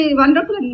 wonderful